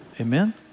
Amen